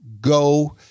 go